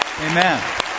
Amen